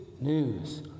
news